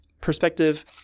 perspective